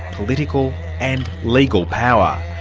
political and legal power.